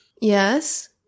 Yes